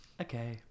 Okay